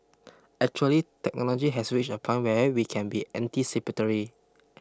actually technology has reached a point where we can be anticipatory